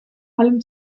allem